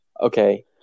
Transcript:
Okay